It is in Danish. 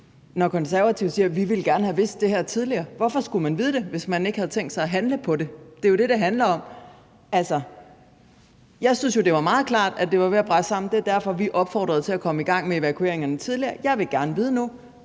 når Konservative siger, at de gerne ville have vidst det her tidligere, er spørgsmålet, hvorfor man skulle vide det, hvis man ikke havde tænkt sig at handle på det. Det er jo det, det handler om. Altså, jeg syntes jo, det var meget klart, at det var ved at brase sammen, og det var derfor, vi opfordrede til at komme i gang med evakueringerne tidligere. Jeg vil gerne vide nu: